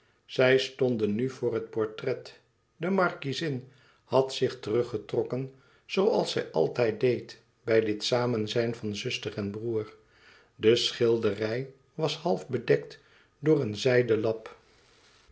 zij stonden nu voor het portret de markiezin had zich teruggetrokken zooals zij altijd deed bij dit samenzijn van zuster en broêr de schilderij was half bedekt door een zijden lap